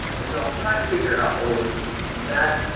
and so i'm trying to figure out a way for me to do that.